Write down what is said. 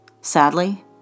Sadly